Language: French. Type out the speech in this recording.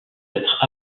être